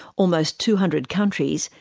almost two hundred countries,